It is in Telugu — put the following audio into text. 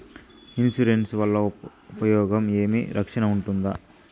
ఇన్సూరెన్సు వల్ల ఉపయోగం ఏమి? రక్షణ ఉంటుందా?